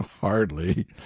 Hardly